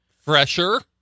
Fresher